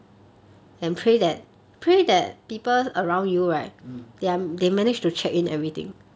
mm